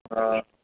हा